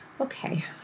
okay